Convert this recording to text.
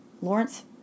Lawrence